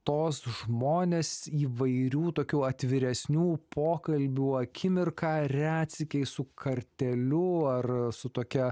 tos žmonės įvairių tokių atviresnių pokalbių akimirką retsykiais su kartėliu ar su tokia